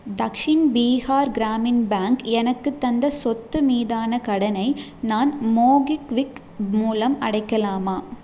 Dakshin Bihar Gramin bank எனக்குத் தந்த சொத்து மீதான கடனை நான் மோகிக்விக் மூலம் அடைக்கலாமா